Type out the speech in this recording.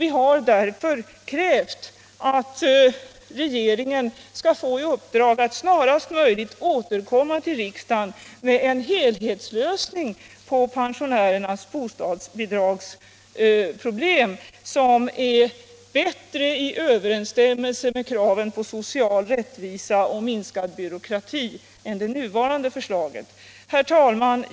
Vi har därför krävt att regeringen skall få i uppdrag att snarast möjligt återkomma till riksdagen med en helhetslösning på pensionärernas bostadsbidragsproblem som är bättre i överensstämmelse med kraven på social rättvisa och minskad byråkrati än det nuvarande förslaget. Herr talman!